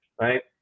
Right